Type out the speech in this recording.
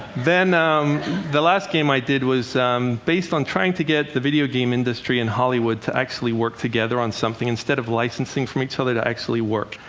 then um the last game i did was um based on trying to get the video game industry and hollywood to actually work together on something instead of licensing from each other, to actually work.